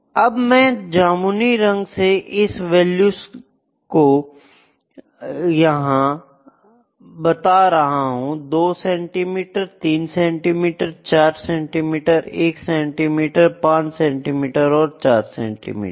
अब मैं जामुनी रंग से इन वैल्यू स्कोर यहां बता रहा हूं 2 centimetre 3 centimetre 4 centimetre 1 centimetre 5 centimetre और 4 सेंटीमीटर